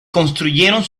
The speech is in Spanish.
construyeron